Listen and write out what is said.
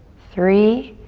three,